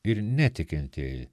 ir netikintieji